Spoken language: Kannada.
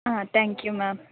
ಹಾಂ ಥ್ಯಾಂಕ್ ಯೂ ಮ್ಯಾಮ್